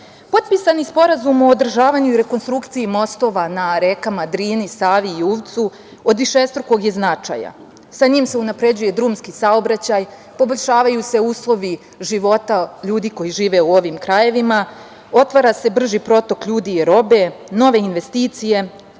BiH.Potpisani Sporazum o održavanju rekonstrukciji mostova na rekama Drini, Savi i Uvcu od višestrukog je značaja. Sa njim se unapređuje drumski saobraćaj, poboljšavaju se uslovi života ljudi koji žive u ovim krajevima, otvara se brži protok ljudi i robe, nove investicije